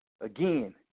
again